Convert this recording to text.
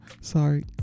Sorry